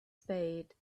spade